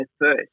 first